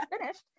finished